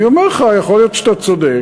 אני אומר לך: יכול להיות שאתה צודק,